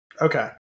Okay